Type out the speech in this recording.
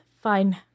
Fine